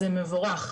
זה מבורך.